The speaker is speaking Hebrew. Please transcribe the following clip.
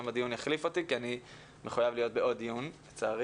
בדיון יחליף אותי כי אני מחויב להיות בעוד דיון לצערי.